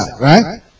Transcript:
right